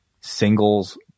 singles